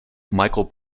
michael